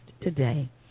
today